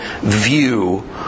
view